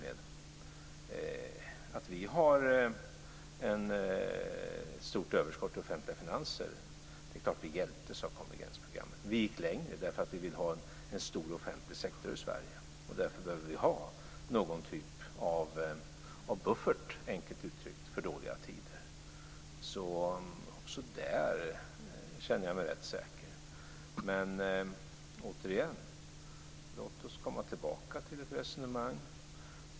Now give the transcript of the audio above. Det är klart att konvergensprogrammet bidragit till att vi har ett stort överskott i de offentliga finanserna. Vi gick längre eftersom vi vill ha en stor offentlig sektor i Sverige och därför, enkelt uttryckt, behöver ha någon typ av buffert för dåliga tider. Också där känner jag mig alltså rätt säker. Men återigen: Låt oss komma tillbaka till ett resonemang.